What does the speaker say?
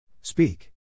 Speak